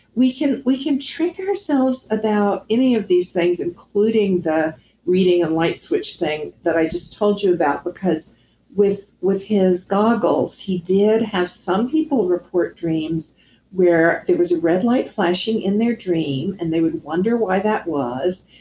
we can we can trick ourselves about any of these things including the reading and light switch thing that i just told you about, because with with his goggles, he did have some people report dreams where it was a red light flashing in their dream, and they would wonder why that was.